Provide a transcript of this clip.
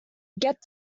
get